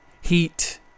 heat